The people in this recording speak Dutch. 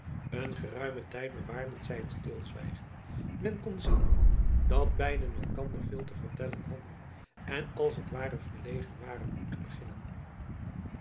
een geruimen tijd bewaarden zij het stilzwijgen men kon zien dat beiden elkander veel te vertellen hadden en als t ware verlegen waren hoe te beginnen